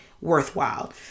worthwhile